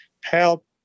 help